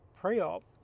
pre-op